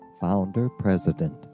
Founder-President